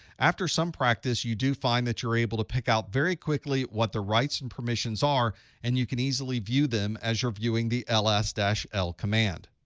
after some practice you do find that you're able to pick out very quickly what the rights and permissions are and you can easily view them as you're viewing the ls dash l command.